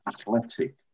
Athletic